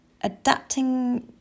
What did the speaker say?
adapting